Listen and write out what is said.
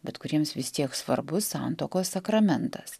bet kuriems vis tiek svarbus santuokos sakramentas